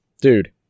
dude